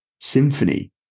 symphony